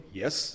yes